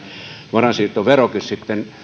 varainsiirtoverokin sitten